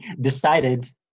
Decided